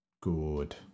Good